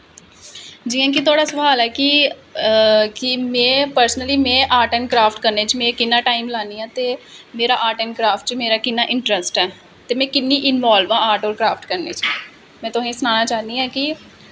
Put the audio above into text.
जियां कि तुआढ़ा सोआल ऐ कि में पर्सनली आर्ट ऐंड़ क्राफ्ट करनें च में किन्ना टाईम लान्नी आं ते मेरा आर्ट ऐंड़ क्राफ्ट च मेरा किन्ना इंट्रस्ट ऐ ते में किन्नी इन्वालव आं आर्ट ऐंड़ क्राफ्ट करनें च में सनाना चाह्नी आं कि